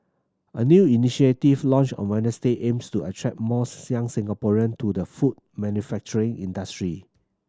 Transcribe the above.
a new initiative launched on Wednesday aims to attract more young Singaporean to the food manufacturing industry